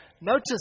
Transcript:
Notice